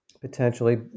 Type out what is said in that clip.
potentially